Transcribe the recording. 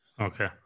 okay